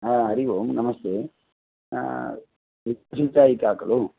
हा हरि ओम् नमस्ते वित्तसञ्जायिका खलु